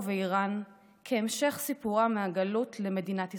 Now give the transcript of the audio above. ואיראן כהמשך סיפורם מהגלות למדינת ישראל,